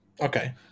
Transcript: Okay